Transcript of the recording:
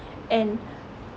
and